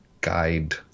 guide